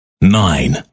nine